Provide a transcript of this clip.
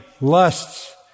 lusts